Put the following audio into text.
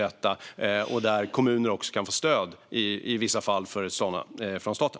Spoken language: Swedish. Kommuner kan i vissa fall få stöd till det från staten.